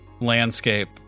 landscape